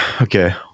okay